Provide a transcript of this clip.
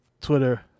twitter